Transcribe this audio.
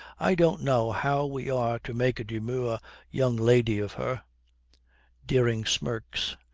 i don't know how we are to make a demure young lady of her dering smirks.